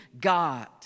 God